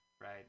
right